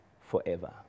Forever